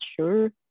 sure